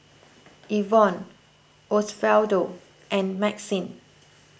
Evonne Osvaldo and Maxine